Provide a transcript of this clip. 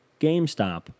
GameStop